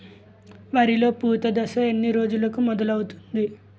వరిలో పూత దశ ఎన్ని రోజులకు మొదలవుతుంది?